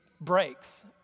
breaks